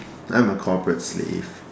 I'm a corporate slave